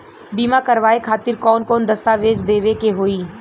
बीमा करवाए खातिर कौन कौन दस्तावेज़ देवे के होई?